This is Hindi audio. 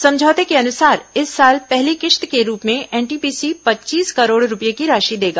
समझौते के अनुसार इस साल पहली किश्त के रूप में एनटीपीसी पच्चीस करोड़ रूपये की राशि देगा